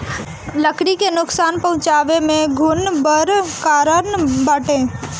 लकड़ी के नुकसान पहुंचावे में घुन बड़ कारण बाटे